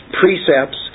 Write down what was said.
precepts